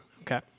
okay